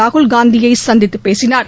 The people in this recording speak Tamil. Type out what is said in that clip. ராகுல் காந்தியை சந்தித்துப் பேசினார்